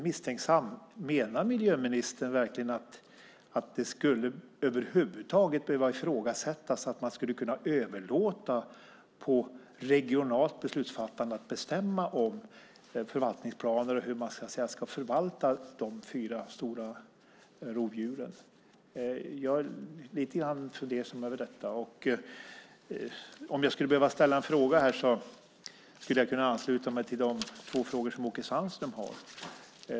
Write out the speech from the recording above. Menar miljöministern verkligen att det över huvud taget skulle behöva ifrågasättas att man överlåter på regionalt beslutsfattande att bestämma om förvaltningsplaner och hur man ska förvalta de fyra stora rovdjuren? Jag är lite fundersam över detta. Jag skulle kunna ansluta mig till de två frågor som Åke Sandström hade.